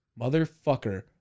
motherfucker